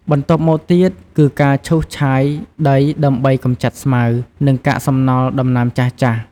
បន្ទាប់មកទៀតគឺការឈូសឆាយដីដើម្បី កម្ចាត់ស្មៅ និងកាកសំណល់ដំណាំចាស់ៗ។